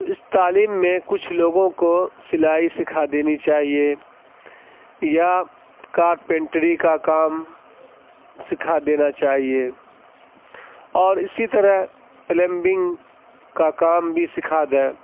اس تعلیم میں کچھ لوگوں کو سلائی سکھا دینی چاہیے یا کارپینٹری کا کام سکھا دینا چاہیے اور اسی طرح پلمبرنگ کا کام بھی سکھا دیں